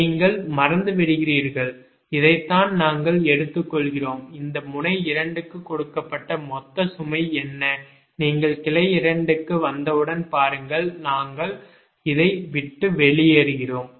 நீங்கள் மறந்துவிடுகிறீர்கள் இதைத்தான் நாங்கள் எடுத்துக் கொள்கிறோம் இந்த முனை 2 க்கு கொடுக்கப்பட்ட மொத்த சுமை என்ன நீங்கள் கிளை 2 க்கு வந்தவுடன் பாருங்கள் நாங்கள் இதை விட்டு வெளியேறுகிறோம்